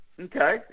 okay